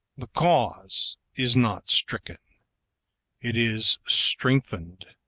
the cause is not stricken it is strengthened.